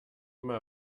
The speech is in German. immer